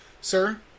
Sir